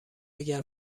اگر